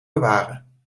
bewaren